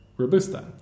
Robusta